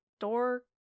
door